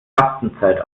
fastenzeit